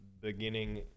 beginning